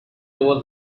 over